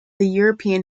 european